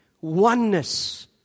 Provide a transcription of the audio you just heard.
oneness